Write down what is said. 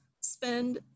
spend